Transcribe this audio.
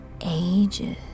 ages